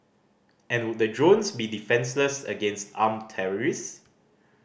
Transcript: and would the drones be defenceless against armed terrorist